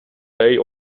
dig